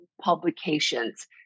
publications